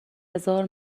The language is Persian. هزار